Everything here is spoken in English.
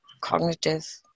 cognitive